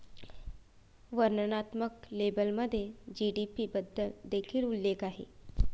वर्णनात्मक लेबलमध्ये जी.डी.पी बद्दल देखील उल्लेख आहे